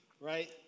right